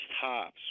tops